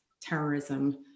terrorism